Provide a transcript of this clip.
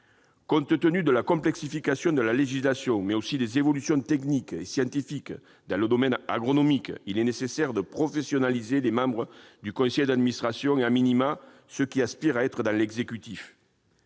Compte tenu de la complexification de la législation, mais aussi des évolutions techniques et scientifiques dans le domaine agronomique, il est nécessaire de professionnaliser les membres du conseil d'administration ou,, ceux qui aspirent à faire partie de l'exécutif.